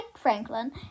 franklin